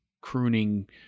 crooning